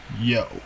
yo